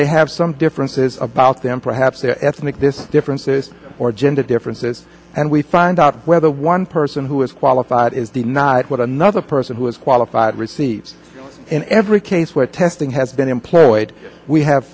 they have some differences about them perhaps their ethnic this differences or gender differences and we find out whether one person who is qualified is the not what another person who is qualified receives in every case where testing has been employed we have